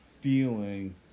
feeling